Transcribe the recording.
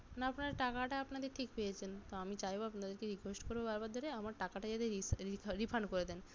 না আপনার টাকাটা আপনাদের ঠিক পেয়েছেন তো আমি চাইবো আপনাদেরকে রিকোয়েস্ট করবো বারবার ধরে আমার টাকাটা যাতে রিসে রিফান্ড করে দেন